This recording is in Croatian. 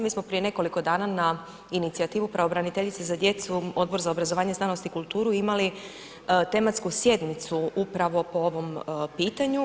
Mi smo prije nekoliko dana na inicijativu pravobraniteljice za djecu Odbor za obrazovanje, znanost i kulturu imali tematsku sjednicu upravo po ovom pitanju.